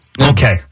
Okay